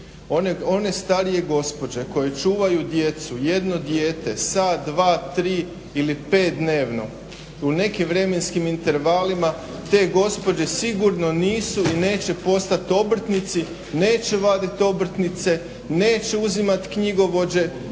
One starije gospođe koje čuvaju djecu, jedno dijete sat, dva, tri ili pet dnevno u nekim vremenskim intervalima te gospođe sigurno nisu i neće postat obrtnici, neće vadit obrtnice, neće uzimat knjigovođe